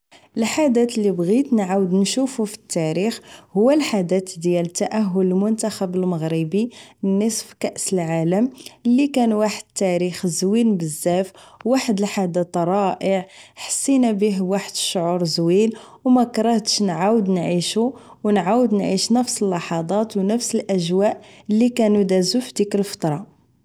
الحدث اللي بغيت نعاود نشوفو فالتاريخ هو الحدث ديال تأهل المنتخب المغربي لنصف كأس العالم لكان واحد التاريخ زوين بزاف واحد الحدث رائع حسينا بيه بواحد الشعور زوين و مكرهتش نعاود نعيشه و نعاود نعيش نفس اللحضات و نفس الاجواء اللي كانو دازو فديك الفترة